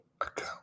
account